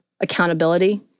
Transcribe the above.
accountability